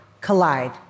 collide